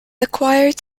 acquired